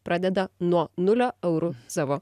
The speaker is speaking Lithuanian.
pradeda nuo nulio eurų savo